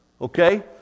Okay